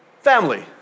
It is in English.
Family